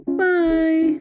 bye